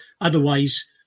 Otherwise